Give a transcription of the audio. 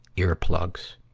earplugs.